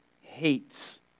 hates